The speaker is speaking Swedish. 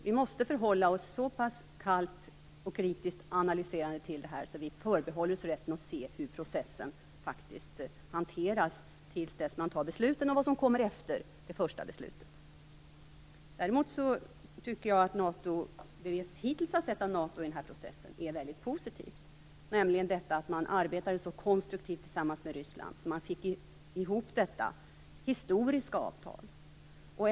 Vi måste förhålla oss så pass kallt och kritiskt analyserande att vi förbehåller oss rätten att se hur processen hanteras till dess det första beslutet har fattats och vi har sett vad som kommer efter. Det vi hittills har sett av NATO i den här processen har varit positivt, nämligen att man arbetade så konstruktivt tillsammans med Ryssland och fick ihop detta historiska avtal.